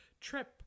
trip